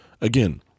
again